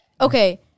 Okay